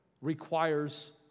requires